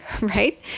right